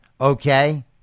okay